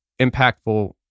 impactful